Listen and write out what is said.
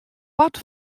part